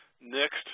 next